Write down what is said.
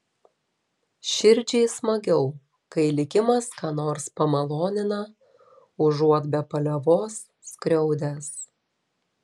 širdžiai smagiau kai likimas ką nors pamalonina užuot be paliovos skriaudęs